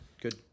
good